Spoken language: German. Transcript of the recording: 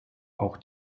auch